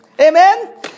Amen